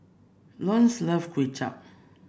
Lone love Kuay Chap